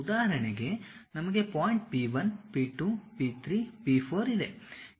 ಉದಾಹರಣೆಗೆ ನಮಗೆ point P 1 P 2 P 3 P 4 ಇದೆ